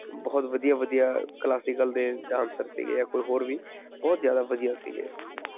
ਬਹੁਤ ਵਧੀਆ ਵਧੀਆ ਕਲਾਸੀਕਲ ਦੇ ਡਾਂਸਰ ਸੀਗੇ ਜਾਂ ਕੋਈ ਹੋਰ ਵੀ ਬਹੁਤ ਜ਼ਿਆਦਾ ਵਧੀਆ ਸੀਗੇ